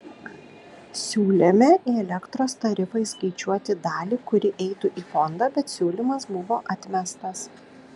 siūlėme į elektros tarifą įskaičiuoti dalį kuri eitų į fondą bet siūlymas buvo atmestas